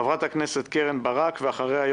חברת הכנסת קרן ברק ואחריה,